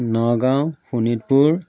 Nagaon Sonitpur